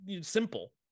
simple